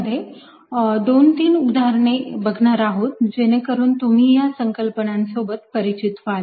2 3 उदाहरणे बघणार आहोत जेणेकरून तुम्ही या संकल्पनांसोबत परिचित व्हाल